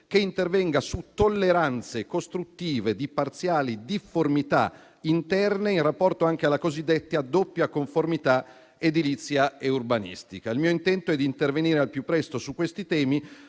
che intervenga su tolleranze costruttive di parziali difformità interne in rapporto anche alla cosiddetta doppia conformità edilizia e urbanistica. Il mio intento è di intervenire al più presto su questi temi,